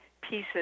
pieces